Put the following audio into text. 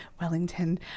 Wellington